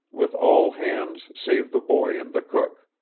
with all hands save the boy and the cook.